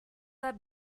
are